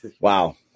Wow